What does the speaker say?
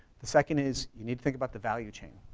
the second is, you need to think about the value chain.